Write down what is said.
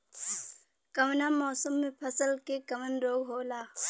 कवना मौसम मे फसल के कवन रोग होला?